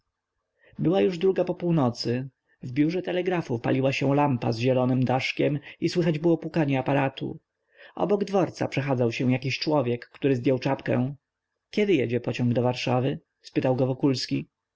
była już druga po północy w biurze telegrafu paliła się lampa z zielonym daszkiem i słychać było pukanie aparatu obok dworca przechadzał się jakiś człowiek który zdjął czapkę kiedy jedzie pociąg do warszawy spytał